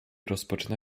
rozpoczyna